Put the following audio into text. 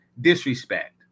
disrespect